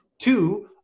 Two